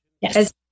yes